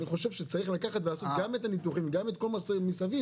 אני חושב שצריך לקחת ולעשות גם את הניתוחים וגם את כל מה שצריך מסביב,